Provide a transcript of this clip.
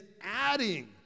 adding